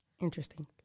Interesting